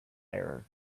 error